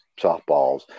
softballs